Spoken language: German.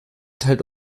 teilt